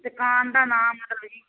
ਦੁਕਾਨ ਦਾ ਨਾਮ ਮਤਲਬ ਜੀ